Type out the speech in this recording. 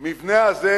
המבנה הזה